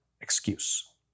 excuse